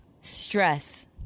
Stress